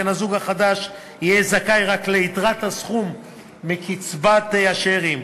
בן-הזוג החדש יהיה זכאי רק ליתרת הסכום מקצבת השאירים,